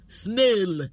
snail